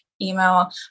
email